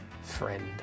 friend